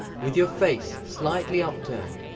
with your face slightly upturned,